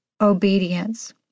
obedience